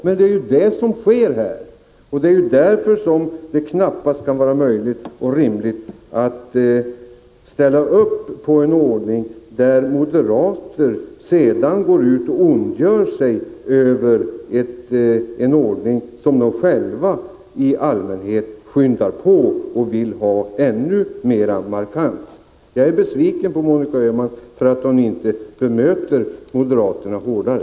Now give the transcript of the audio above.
Men det är ju det som sker, och därför kan det knappast vara rimligt eller möjligt att ställa upp för att moderaterna går ut och ondgör sig över en ordning som de själva i allmänhet skyndar på och vill ha ännu mera markant. Jag är besviken på Monica Öhman för att hon inte bemöter moderaterna hårdare.